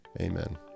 Amen